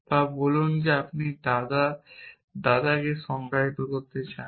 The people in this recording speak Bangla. বা বলুন আপনি দাদা দাদাকে সংজ্ঞায়িত করতে চান